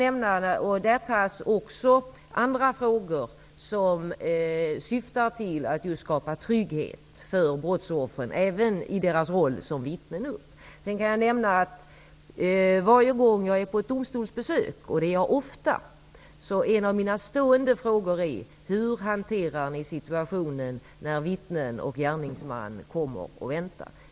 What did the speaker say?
Även andra frågor som syftar till att skapa trygghet för brottsoffren även i deras roll som vittnen tas upp i promemorian. Jag kan även nämna att jag varje gång som jag är på ett domstolsbesök, vilket jag är ofta, är en av mina stående frågor: Hur hanterar ni situationen när vittnen och gärningsmannen kommer och väntar.